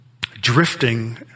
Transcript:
drifting